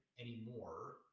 anymore